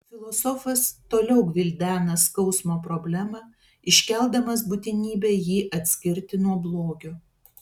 filosofas toliau gvildena skausmo problemą iškeldamas būtinybę jį atskirti nuo blogio